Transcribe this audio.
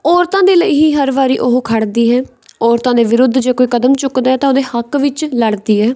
ਔਰਤਾਂ ਦੇ ਲਈ ਹੀ ਹਰ ਵਾਰੀ ਉਹ ਖੜ੍ਹਦੀ ਹੈ ਔਰਤਾਂ ਦੇ ਵਿਰੁੱਧ ਜੇ ਕੋਈ ਕਦਮ ਚੁੱਕਦਾ ਤਾਂ ਉਹਦੇ ਹੱਕ ਵਿੱਚ ਲੜਦੀ ਹੈ